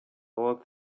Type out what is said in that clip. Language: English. all